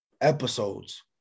episodes